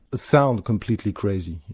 ah sound completely crazy.